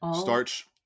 starch